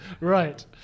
Right